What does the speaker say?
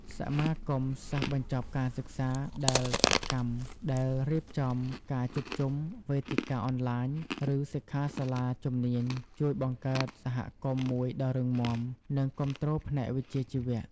សមាគមសិស្សបញ្ចប់ការសិក្សាដែលសកម្ម ដែលរៀបចំការជួបជុំ វេទិកាអនឡាញ ឬសិក្ខាសាលាជំនាញ ជួយបង្កើតសហគមន៍មួយដ៏រឹងមាំ និងគាំទ្រផ្នែកវិជ្ជាជីវៈ។